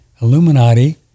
Illuminati